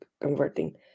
converting